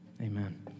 amen